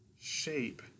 shape